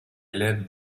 élève